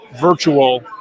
virtual